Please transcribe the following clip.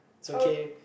it's okay